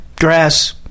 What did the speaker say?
grass